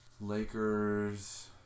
Lakers